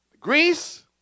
Greece